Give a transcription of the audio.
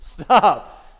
Stop